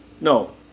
No